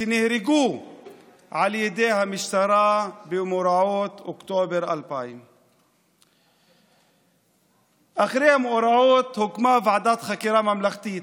שנהרגו על ידי המשטרה במאורעות אוקטובר 2000. אחרי המאורעות הוקמה ועדת חקירה ממלכתית.